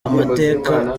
amateka